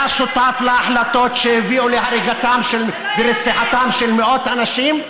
היה שותף להחלטות שהביאו להריגתם ולרציחתם של מאות אנשים,